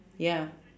ya